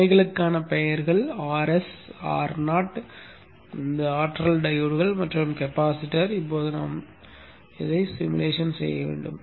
முனைகளுக்கான பெயர்கள் Rs Ro ஆற்றல் டையோட்கள் மற்றும் கெப்பாசிட்டரை இப்போது நாம் உருவகப்படுத்த வேண்டும்